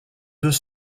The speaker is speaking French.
deux